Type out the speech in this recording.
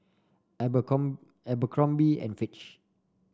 Abercrombie and Fitch